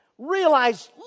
Realize